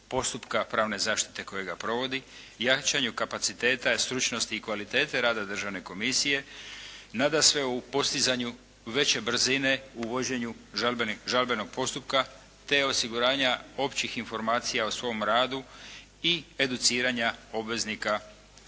postupka pravne zaštite kojega provodi, jačanju kapaciteta stručnosti i kvalitete rada državne komisije, nadasve u postizanju veće brzine u vođenju žalbenog postupka te osiguranja općih informacija o svom radu i educiranja obveznika primjene